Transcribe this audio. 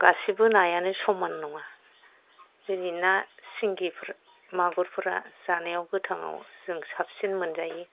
गासिबो नायानो समान नङ जेरै ना सिंगिफोर मागुरफोरा जानायाव गोथाङाव जों साबसिन मोनजायो